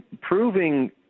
Proving